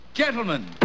Gentlemen